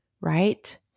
right